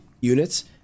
units